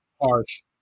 harsh